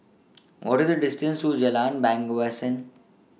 What IS The distance to Jalan Bangsawan